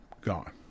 gone